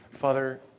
Father